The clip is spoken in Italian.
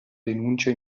denuncia